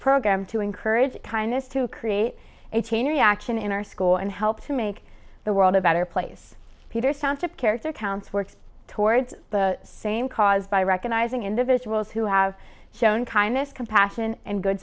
program to encourage kindness to create a chain reaction in our school and help to make the world a better place peter sound of character counts works towards the same cause by recognising individuals who have shown kindness compassion and good